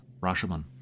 Rashomon